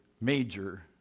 major